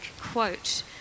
quote